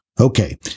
Okay